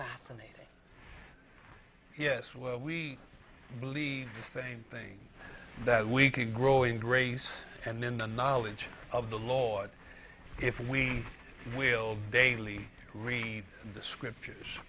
fascinating yes well we believe the same thing that we can grow in grace and then the knowledge of the lord if we will daily read the